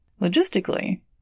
Logistically